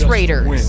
Raiders